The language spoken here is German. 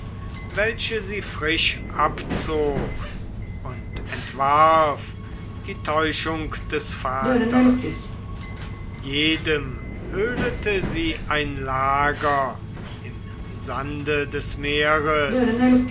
welche sie frisch abzog und entwarf die täuschung des vaters jedem höhlete sie ein lager im sande des meeres